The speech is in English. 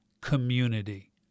community